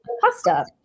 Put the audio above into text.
pasta